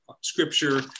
scripture